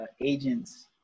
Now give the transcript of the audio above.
agents